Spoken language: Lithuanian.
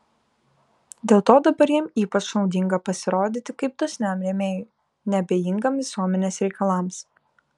dėl to dabar jam ypač naudinga pasirodyti kaip dosniam rėmėjui neabejingam visuomenės reikalams